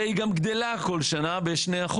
והיא גם גדלה כל שנה ב-2%,